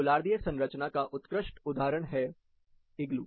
गोलार्धीय संरचना का उत्कृष्ट उदाहरण है इग्लू